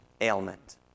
ailment